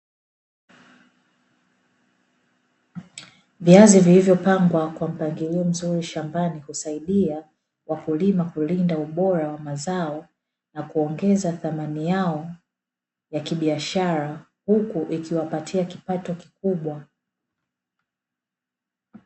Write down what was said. Viazi vilivyopangwa kwa mpangilio mzuri shambani, husaidia wakulima kulinda ubora wa mazao na kuongeza thamani yao ya kibiashara huku ikiwapatia kipato kikubwa.